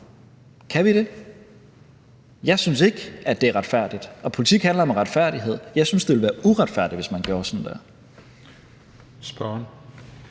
Kan vi det? Jeg synes ikke, at det er retfærdigt, og politik handler om retfærdighed. Jeg synes, det ville være uretfærdigt, hvis man gjorde det